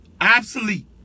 obsolete